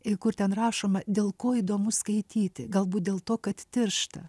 kur ten rašoma dėl ko įdomu skaityti galbūt dėl to kad tiršta